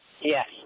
Yes